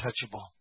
untouchable